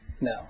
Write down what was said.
No